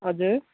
हजुर